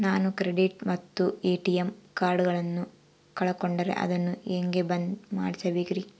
ನಾನು ಕ್ರೆಡಿಟ್ ಮತ್ತ ಎ.ಟಿ.ಎಂ ಕಾರ್ಡಗಳನ್ನು ಕಳಕೊಂಡರೆ ಅದನ್ನು ಹೆಂಗೆ ಬಂದ್ ಮಾಡಿಸಬೇಕ್ರಿ?